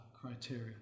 criteria